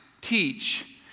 teach